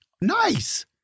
Nice